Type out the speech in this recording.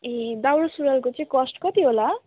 ए दैरा सुरुवालको चाहिँ कस्ट कति होला